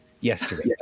Yesterday